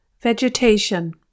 Vegetation